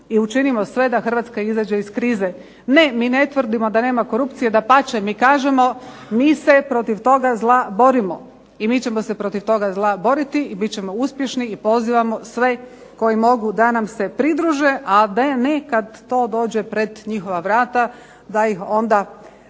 i učinimo sve da HRvatska izađe iz krize. Ne, mi ne tvrdimo da nema korupcije dapače, mi kažemo mi se protiv toga zla borimo i mi ćemo se protiv toga zla boriti i bit ćemo uspješni i pozivamo sve koji mogu da nam se pridruže, a ... kada to dođe pred njihova vrata da ih onda